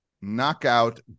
knockout